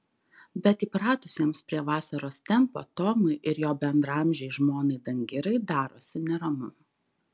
bet įpratusiems prie vasaros tempo tomui ir jo bendraamžei žmonai dangirai darosi neramu